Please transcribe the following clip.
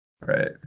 right